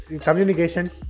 Communication